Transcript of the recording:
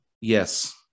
Yes